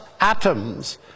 atoms